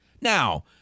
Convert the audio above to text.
Now